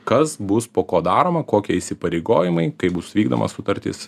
kas bus po ko daroma kokie įsipareigojimai kaip bus vykdoma sutartis